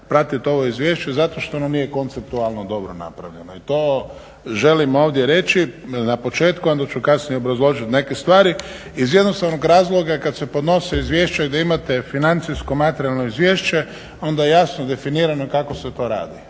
pratiti ovo izvješće zato što nam nije koncept uglavnom dobro napravljen i to želim ovdje reći na početku, onda ću kasnije obrazložiti neke stvari iz jednostavnog razloga kad se podnosi izvješće da imate financijsko materijalno izvješće onda je jasno definirano kako se to radi.